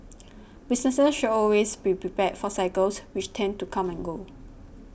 businesses should always be prepared for cycles which tend to come and go